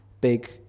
big